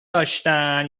داشتن